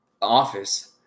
office